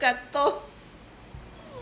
katong